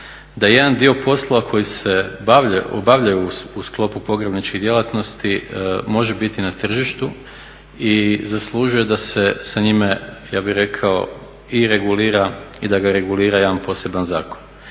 da jedan dio poslova koji se obavljaju u sklopu pogrebničkih djelatnosti može biti na tržištu i zaslužuje da se sa njime ja bih rekao i regulira i da ga regulira jedan poseban zakon.